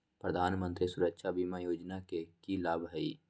प्रधानमंत्री सुरक्षा बीमा योजना के की लाभ हई?